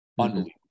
unbelievable